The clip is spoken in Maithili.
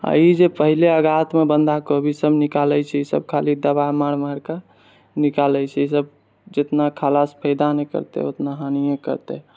ई जे पहिने अगातमे बन्धा कोबी सब निकालै छै ई सब खाली दबा मारि मारि कऽ निकालै छै ई सब जितना खायलासँ फायदा नहि करतै ओतना हानिये करतै